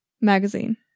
Magazine